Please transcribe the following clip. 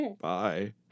Bye